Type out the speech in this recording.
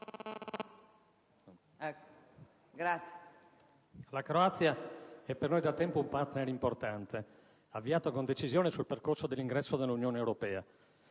la Croazia è per noi da tempo un partner importante, avviato con decisione sul percorso dell'ingresso nell'Unione europea.